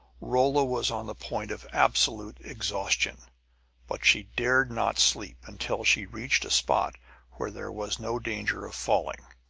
rolla was on the point of absolute exhaustion but she dared not sleep until she reached a spot where there was no danger of falling.